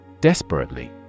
Desperately